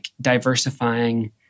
diversifying